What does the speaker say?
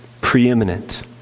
preeminent